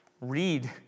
Read